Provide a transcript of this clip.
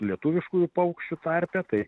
lietuviškųjų paukščių tarpe tai